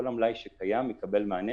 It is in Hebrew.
כל המלאי שקיים יקבל מענה